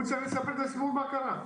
הוא צריך לספר את הסיפור על מה קרה.